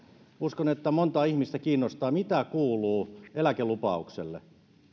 uskon että monia ihmisiä kiinnostaa mitä kuuluu eläkelupaukselle